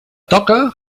toca